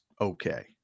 okay